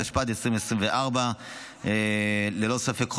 התשפ"ד 2024. ללא ספק,